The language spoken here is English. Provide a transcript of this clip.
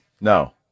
No